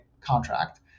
contract